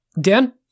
Dan